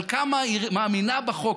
על כמה היא מאמינה בחוק,